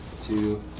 two